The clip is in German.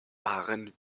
waren